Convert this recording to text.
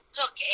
look